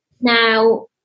Now